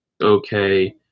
Okay